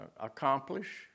accomplish